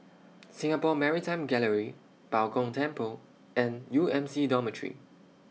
Singapore Maritime Gallery Bao Gong Temple and U M C Dormitory